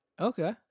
Okay